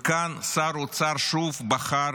וכאן שר האוצר שוב בחר